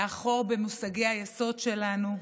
לאחור במושגי היסוד שלנו.